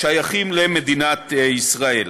שייכים למדינת ישראל.